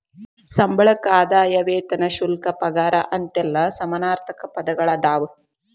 ಸಂಬಳಕ್ಕ ಆದಾಯ ವೇತನ ಶುಲ್ಕ ಪಗಾರ ಅಂತೆಲ್ಲಾ ಸಮಾನಾರ್ಥಕ ಪದಗಳದಾವ